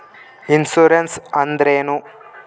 Insurance ಅಂದ್ರೇನು?